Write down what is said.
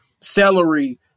Celery